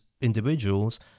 individuals